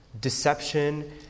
deception